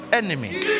enemies